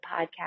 podcast